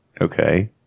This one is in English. Okay